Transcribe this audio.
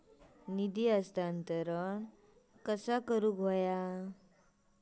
निधी हस्तांतरण कसा करुचा?